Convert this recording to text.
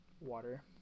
water